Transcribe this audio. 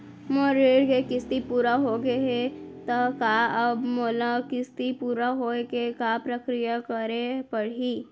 मोर ऋण के किस्ती पूरा होगे हे ता अब मोला किस्ती पूरा होए के का प्रक्रिया करे पड़ही?